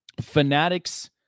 Fanatics